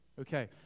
Okay